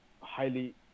highly